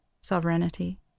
Sovereignty